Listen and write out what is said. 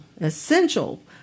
essential